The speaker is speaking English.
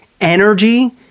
energy